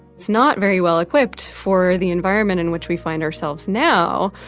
it's not very well equipped for the environment in which we find ourselves now,